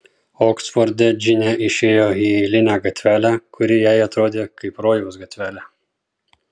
oksforde džinė išėjo į eilinę gatvelę kuri jai atrodė kaip rojaus gatvelė